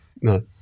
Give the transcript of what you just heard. no